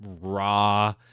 raw